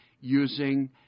using